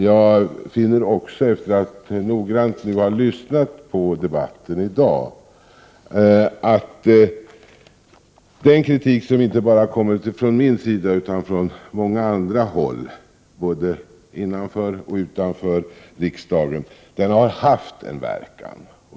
Jag finner också, efter att noggrant ha lyssnat på debatten i dag, att den kritik som kommit inte bara från min sida utan från många andra håll — både innanför och utanför riksdagen — har haft en verkan.